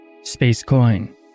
SpaceCoin